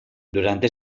durante